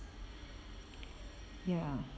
ya